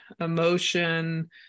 emotion